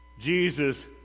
Jesus